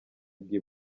bw’i